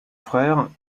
frère